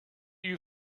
you